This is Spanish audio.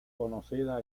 conocida